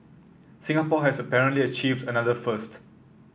Singapore has apparently achieved another first